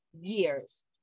years